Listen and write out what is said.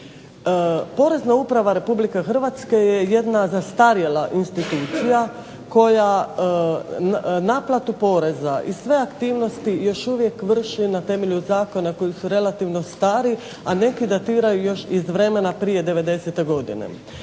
Porezna uprava RH je jedna zastarjela institucija koja naplatu poreza i sve aktivnosti još uvijek vrši na temelju zakoni koji su relativno stari, a neki datiraju još iz vremena prije '90. godine.